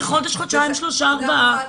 וחודש חודשיים שלושה ארבעה.